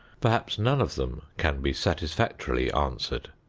perhaps none of them can be satisfactorily answered.